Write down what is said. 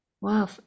wow